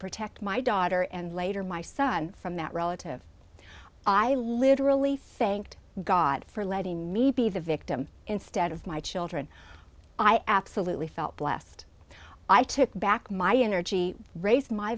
protect my daughter and later my son from that relative i literally saying to god for letting me be the victim instead of my children i absolutely felt blessed i took back my energy raise my